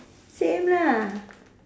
same lah